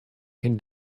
can